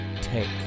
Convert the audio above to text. take